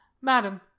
Madam